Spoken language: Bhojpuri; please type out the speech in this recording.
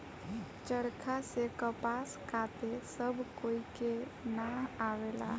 चरखा से कपास काते सब कोई के ना आवेला